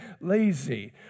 lazy